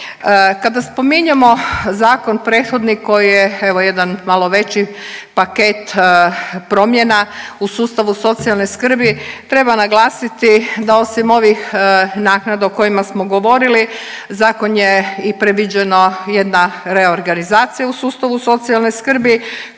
Kada spominjemo zakon prethodni koji je evo jedan malo veći paket promjena u sustavu socijalne skrbi treba naglasiti da osim ovih naknada o kojima smo govorili zakon je i predviđeno jedna reorganizacija u sustavu socijalne skrbi